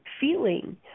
feeling